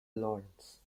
lawrence